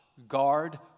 guard